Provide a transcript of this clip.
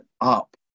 up